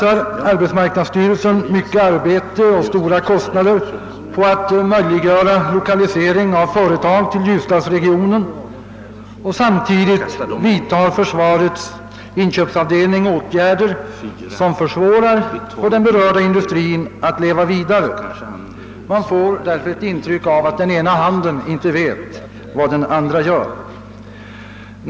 Arbetsmarknadsstyrelsen satsar mycket arbete och pengar på att möjliggöra lokalisering av företag till ljusdalsregionen och samtidigt vidtar försvarets upphandlande myndigheter åtgärder som försvårar för den berörda industrin att leva vidare. Man får därför ett intryck av att den ena handen inte vet vad den andra gör.